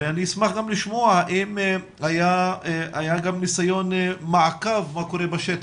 אני אשמח לשמוע אם היה גם ניסיון מעקב מה קורה בשטח.